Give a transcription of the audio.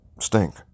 stink